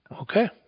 okay